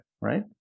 right